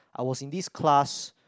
I was in this class